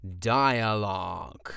dialogue